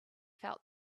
felt